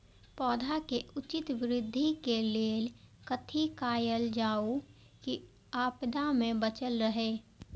पौधा के उचित वृद्धि के लेल कथि कायल जाओ की आपदा में बचल रहे?